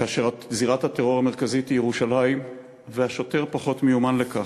כאשר זירת הטרור המרכזית היא ירושלים והשוטר פחות מיומן בכך,